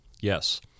Yes